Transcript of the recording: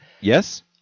Yes